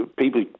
people